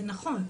זה נכון,